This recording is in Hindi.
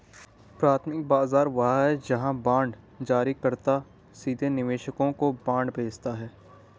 प्राथमिक बाजार वह है जहां बांड जारीकर्ता सीधे निवेशकों को बांड बेचता है